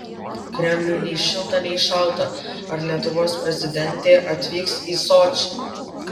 kremliui nei šilta nei šalta ar lietuvos prezidentė atvyks į sočį